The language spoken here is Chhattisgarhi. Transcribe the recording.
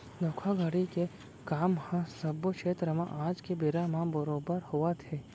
धोखाघड़ी के काम ह सब्बो छेत्र म आज के बेरा म बरोबर होवत हे